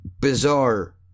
bizarre